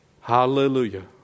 Hallelujah